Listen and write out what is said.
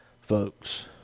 folks